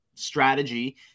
Strategy